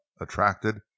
attracted